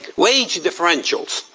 wage differentials,